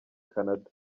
canada